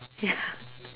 ya